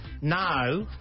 Now